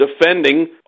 defending